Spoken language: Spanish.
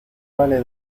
vale